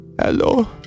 hello